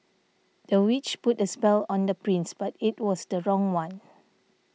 the witch put a spell on the prince but it was the wrong one